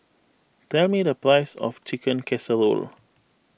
tell me the price of Chicken Casserole